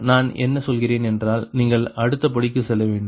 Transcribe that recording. நான் என்ன சொல்கிறேன் என்றால் நீங்கள் அடுத்த படிக்கு செல்ல வேண்டும்